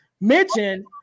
mention